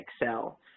Excel